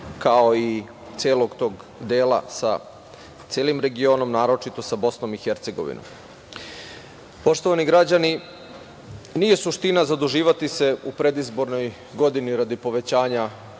kao i celog tog dela sa celim regionom naročito sa BiH.Poštovani građani, nije suština zaduživati se u predizbornoj godini radi povećanja